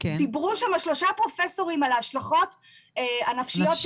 דיברו שם שלושה פרופסורים על ההשלכות הנפשיות.